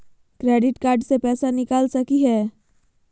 Credit card से पैसा निकल सकी हय?